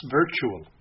virtual